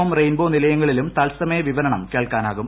M rainbow നിലയങ്ങളിലും തത്സമയ വിവരണം കേൾക്കാനാകും